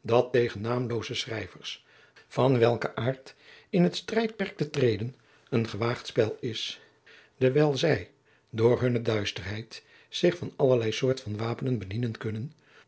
dat tegen namelooze schrijvers van welk een aard in het strijdperk te treden een gewaagd spel is dewijl zij door hunne duisterheid zich van allerlei soort van wapenen bedienen kunnen